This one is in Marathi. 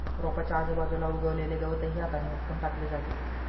रोपाच्या आजूबाजूला उगवलेले गवतही हाताने उपटून टाकले जाते